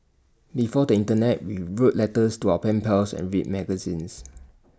before the Internet we wrote letters to our pen pals and read magazines